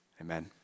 Amen